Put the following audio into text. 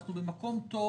אנחנו במקום טוב